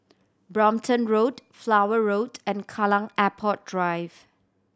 Brompton Road Flower Road and Kallang Airport Drive